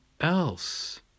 else